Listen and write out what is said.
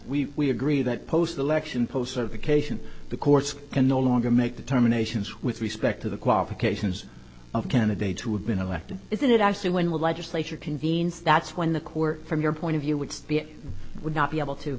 that we agree that post election posts are vacation the courts can no longer make determinations with respect to the qualifications of candidates who have been elected isn't it actually when we're legislature convenes that's when the court from your point of view would be it would not be able to